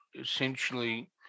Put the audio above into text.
essentially